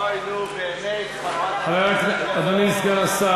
אוי, נו, באמת, חברת הכנסת